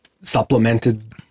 supplemented